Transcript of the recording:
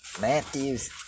Matthew's